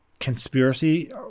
Conspiracy